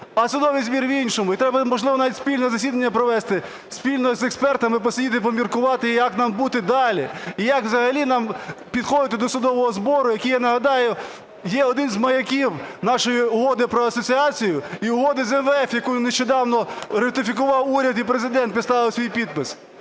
а судовий збір – в іншому. І треба, можливо, навіть спільне засідання провести, спільно з експертами посидіти, поміркувати як нам бути далі, і як взагалі нам підходити до судового збору, який, я нагадаю, є один із маяків нашої Угоди про асоціацію і Угоди з МВФ, яку нещодавно ратифікував уряд і Президент поставив свій підпис.